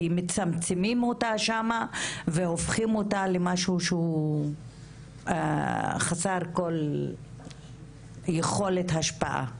כי מצמצמים אותה שם והופכים אותה למשהו שהוא חסר כל יכולת השפעה.